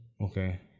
Okay